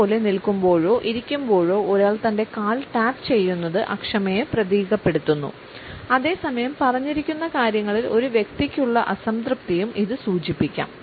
അതുപോലെ നിൽക്കുമ്പോഴോ ഇരിക്കുമ്പോഴോ ഒരാൾ തൻറെ കാൽ ടാപ്പുചെയ്യുന്നത് അക്ഷമയെ പ്രതീകപ്പെടുത്തുന്നു അതേ സമയം പറഞ്ഞിരിക്കുന്ന കാര്യങ്ങളിൽ ഒരു വ്യക്തിക്കുള്ള അസംതൃപ്തിയും ഇത് സൂചിപ്പിക്കാം